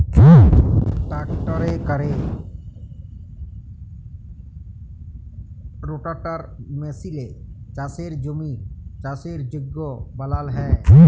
ট্রাক্টরে ক্যরে রোটাটার মেসিলে চাষের জমির চাষের যগ্য বালাল হ্যয়